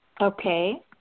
Okay